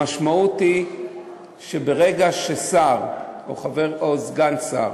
המשמעות היא שברגע ששר או סגן שר